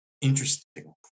interesting